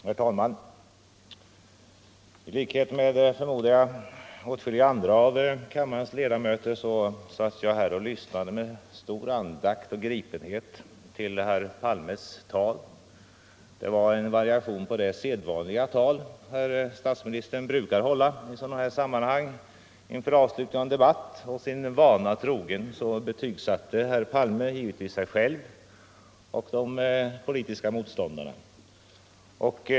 Herr talman! I likhet med, förmodar jag, åtskilliga andra av kammarens ledamöter satt jag här och lyssnade med stor andakt och gripenhet till herr Palmes tal. Det var en variation på det sedvanliga tal som statsministern håller i sådana här sammanhang inför avslutningen av en debatt. Sin vana trogen betygsatte herr Palme givetvis sig själv och de politiska motståndarna.